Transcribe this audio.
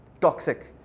toxic